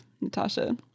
Natasha